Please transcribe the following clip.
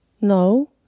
No